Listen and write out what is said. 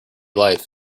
life